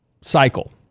cycle